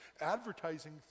Advertising